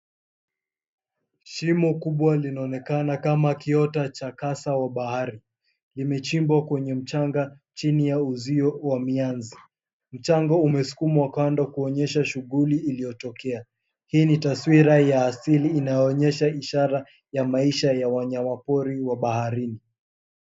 Shimo kubwa linaonekana kama kiota kikubwa wa kasa wa bahari. Limechimbwa kwenye mchanga chini ya uzio wa minazi. Mchanga umesukumwa kando kuonyesha shughuli iliyotokea. Hii ni taswira ya asali inayoonyesha ishara ya maisha ya wanyama pori wa bahari.